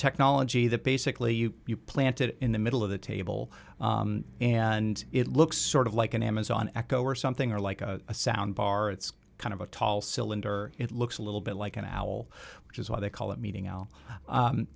technology that basically you planted in the middle of the table and it looks sort of like an amazon echo or something or like a sound bar it's kind of a tall cylinder it looks a little bit like an owl which is why they call it meeting